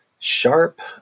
Sharp